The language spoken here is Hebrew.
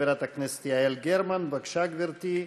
חברת הכנסת יעל גרמן, בבקשה, גברתי,